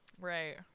Right